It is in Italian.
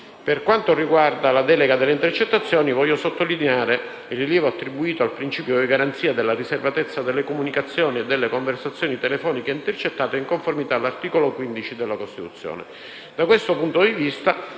Per quanto riguarda la delega in materia di intercettazioni, voglio sottolineare il rilievo attribuito al principio della garanzia della riservatezza delle comunicazioni e delle conversazioni telefoniche intercettate, in conformità all'articolo 15 della Costituzione. Da questo punto di vista